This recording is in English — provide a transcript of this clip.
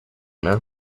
know